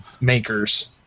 makers